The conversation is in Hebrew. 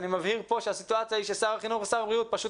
אני מבהיר כאן שהסיטואציה היא ששר החינוך ושר הבריאות פשוט